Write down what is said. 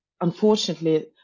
unfortunately